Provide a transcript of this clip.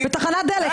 בתחנת דלק.